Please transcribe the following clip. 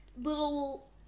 little